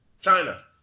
China